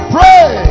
Pray